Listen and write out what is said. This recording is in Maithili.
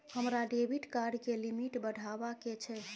हमरा डेबिट कार्ड के लिमिट बढावा के छै